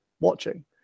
watching